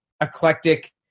eclectic